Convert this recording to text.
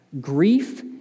Grief